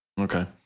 Okay